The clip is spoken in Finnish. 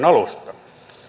alusta